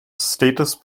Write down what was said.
status